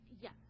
Yes